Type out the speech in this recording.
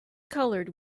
colored